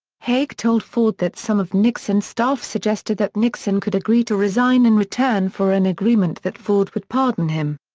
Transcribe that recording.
haig told ford that some of nixon's staff suggested that nixon could agree to resign in return for an agreement that ford would pardon him.